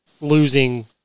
losing